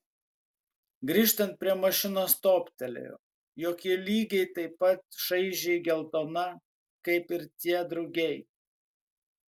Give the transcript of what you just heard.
grįžtant prie mašinos toptelėjo jog ji lygiai taip pat šaižiai geltona kaip ir tie drugiai